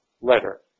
letter